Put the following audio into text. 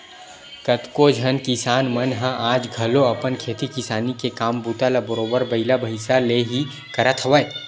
कतको झन किसान मन ह आज घलो अपन खेती किसानी के काम बूता ल बरोबर बइला भइसा ले ही करत हवय